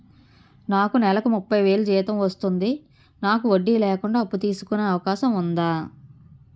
నాకు నేలకు ముప్పై వేలు జీతం వస్తుంది నాకు వడ్డీ లేకుండా అప్పు తీసుకునే అవకాశం ఉందా